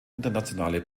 internationale